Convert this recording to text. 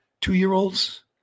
two-year-olds